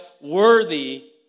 worthy